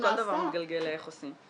בסוף כל דבר מתגלגל לאיך עושים.